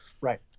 Right